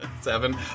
seven